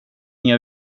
inga